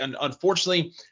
Unfortunately